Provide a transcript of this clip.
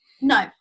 No